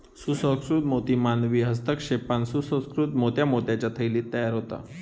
सुसंस्कृत मोती मानवी हस्तक्षेपान सुसंकृत मोत्या मोत्याच्या थैलीत तयार होता